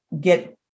get